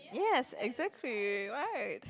yes exactly right